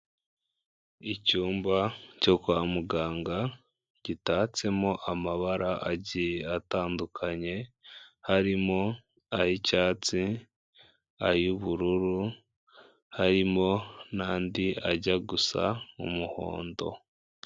icyumba cyo kwa muganga gitatsemo amabara agi atandukanye harimo ay'icyatsi ay'ubururu harimo n'andi ajya gusa umuhondo.